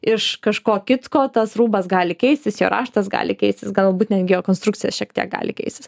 iš kažko kitko tas rūbas gali keistis jo raštas gali keistis galbūt netgi jo konstrukcija šiek tiek gali keistis